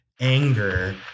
anger